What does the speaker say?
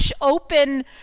open